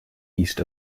east